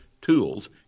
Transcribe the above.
tools